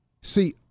See